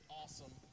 awesome